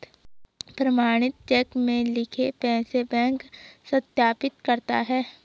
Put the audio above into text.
प्रमाणित चेक में लिखे पैसे बैंक सत्यापित करता है